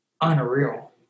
unreal